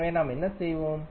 எனவே நாம் என்ன செய்வோம்